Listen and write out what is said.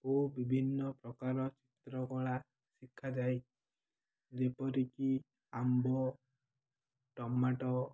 ଓ ବିଭିନ୍ନ ପ୍ରକାର ଚିତ୍ରକଳା ଶିଖାଯାଏ ଯେପରିକି ଆମ୍ବ ଟମାଟୋ